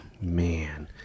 Man